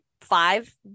five